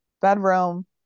bedroom